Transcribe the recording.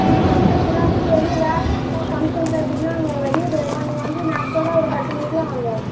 ஈவ்னிங்கில் சில நேரத்துக்கு வெளியில வேலைக்கு ஃபங்க்ஷன் இருந்துதுன்னா அங்கே வெளியே போயிருவோம் நீங்கள் வந்து நேரத்தோட ஒரு பத்து மணிக்கு எல்லாம் வாங்க